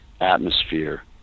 atmosphere